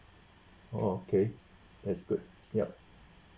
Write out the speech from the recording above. oh okay that's good yup